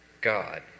God